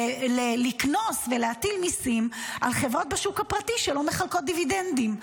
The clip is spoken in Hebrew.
לקנוס ולהטיל מיסים על חברות בשוק הפרטי שלא מחלקות דיבידנדים.